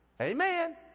Amen